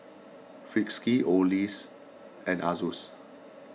Friskies Oakley and Asus